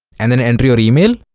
and then enter your email